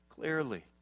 Clearly